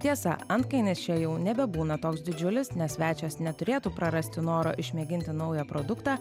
tiesa antkainis čia jau nebebūna toks didžiulis nes svečias neturėtų prarasti noro išmėginti naują produktą